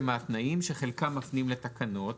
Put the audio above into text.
התנאים, שחלקם מפנים לתקנות.